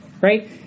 right